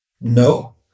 No